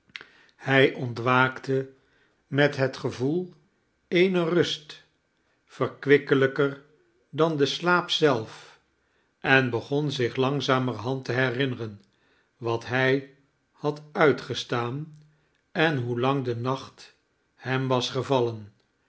hij ontwaakte met het gevoel eener rust verkwikkelijker dan de slaap zelf en begon zich langzamerhand te herinneren wat hij had uitgestaan en hoe lang de nacht hem was gevallen